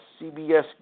CBS